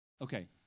Okay